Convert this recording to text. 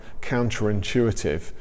counterintuitive